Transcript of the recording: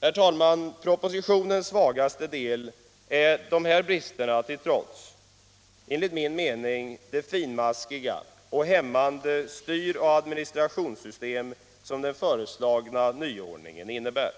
Herr talman! Propositionens svagaste del är dessa brister till trots det finmaskiga och hämmande styr och administrationssystem som den föreslagna nyordningen innebär.